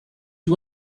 you